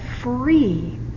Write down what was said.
free